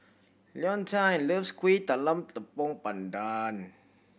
Leontine loves Kuih Talam Tepong Pandan